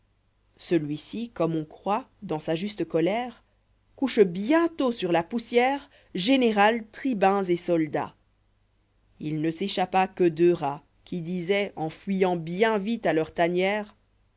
celui-ci comme on croit dans sa juste colère couche bientôt sur la poussière général tribuns et soldats il ne s'échappa que deux rats qui disoient en fuyant bien vite à leur tanière